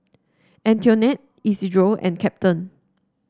Antoinette Isidro and Captain